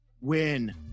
win